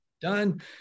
done